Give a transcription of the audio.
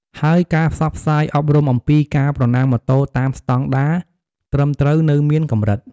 ហើយការផ្សព្វផ្សាយអប់រំអំពីការប្រណាំងម៉ូតូតាមស្តង់ដារត្រឹមត្រូវនៅមានកម្រិត។